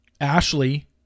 Ashley